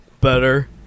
Better